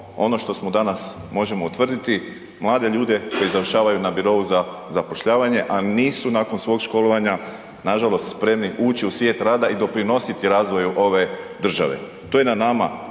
ono što smo danas možemo utvrditi, mlade ljude koji završavaju na birou za zapošljavanje a nisu nakon svog školovanja nažalost spremni ući u svijet rada i doprinositi razvoju ove države. To je na nama